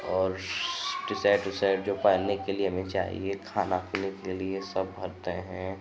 और टीशर्ट उशर्ट जो पहनने के लिए हमें चाहिए खाने पीने के लिए सब भरते हैं